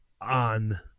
on